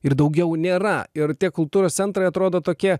ir daugiau nėra ir tie kultūros centrai atrodo tokie